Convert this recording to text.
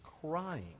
crying